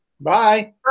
Bye